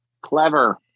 Clever